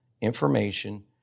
information